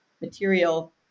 material